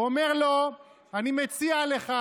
הוא אומר לו: אני מציע לך,